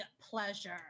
pleasure